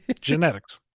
Genetics